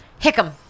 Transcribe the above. Hickam